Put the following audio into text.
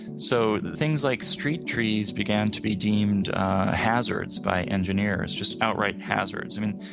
so, things like street trees began to be deemed hazards by engineers. just outright hazards. i mean,